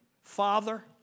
Father